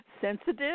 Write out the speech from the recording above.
sensitive